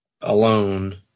alone